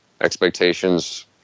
expectations